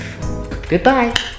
Goodbye